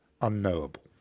unknowable